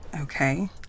Okay